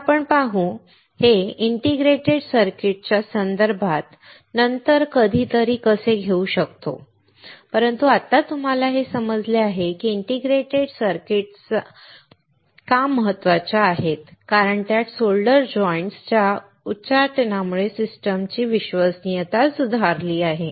तर आपण पाहू आपण हे इंटिग्रेटेड सर्किट च्या संदर्भात नंतर कधीतरी कसे घेऊ शकतो परंतु आत्ता तुम्हाला हे समजले आहे की इंटिग्रेटेड सर्किट्स का महत्त्वाच्या आहेत कारण त्यात सोल्डर जॉइंट्स च्या उच्चाटनामुळे सिस्टमची विश्वासार्हता सुधारली आहे